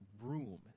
room